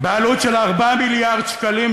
בעלות של 4 מיליארד שקלים.